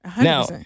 Now